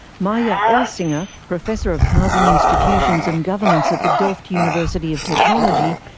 marja elsinga, professor of housing institutions and governance at the delft university of technology,